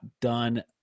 done